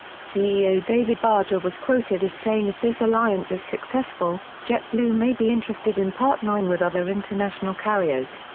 ceo david barger was quoted as saying if this alliance is successful, jetblue may be interested in partnering with other international carriers.